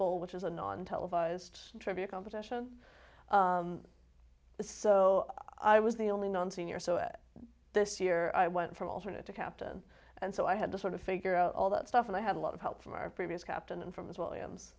bowl which is a non televised trivia competition but so i was the only non senior so this year i went from alternate to captain and so i had to sort of figure out all that stuff and i had a lot of help from our previous captain and from as well yams